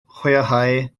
hwyrhau